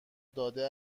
داده